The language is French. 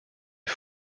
est